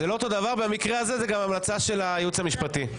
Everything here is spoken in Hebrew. במקרה הזה, זו גם המלצה של הייעוץ המשפטי.